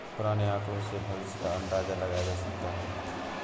पुराने आकड़ों से भविष्य का अंदाजा लगाया जा सकता है